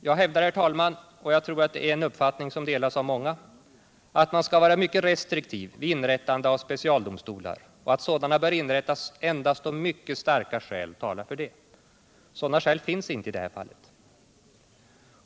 Jag hävdar — och jag tror att det är en uppfattning som delas av många — att man skall vara mycket restriktiv vid inrättande av specialdomstolar och att sådana bör inrättas endast om mycket starka skäl talar för det. Sådana skäl finns inte i det här fallet.